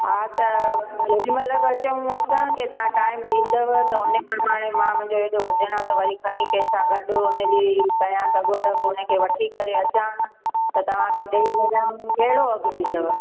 हा त जेॾीमहिल बि अचूं अचूं की तव्हां टाइम ॾींदव त उन परमाणे मां मुंहिंजो एॾो वज़नु आहे त वरी खणी कंहिंसां गॾु हुनजी कयांसि अॻड़ि बि हुनखे वठी करे अचां त तव्हांखे ॾेई वञां कहिड़ो अघु ॾींदव